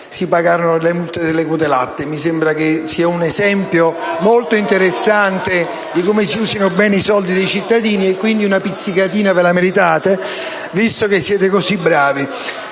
dal Gruppo LN-Aut).* Mi sembra che sia un esempio molto interessante di come si usino bene i soldi dei cittadini; quindi una pizzicatina ve la meritate, visto che siete così bravi.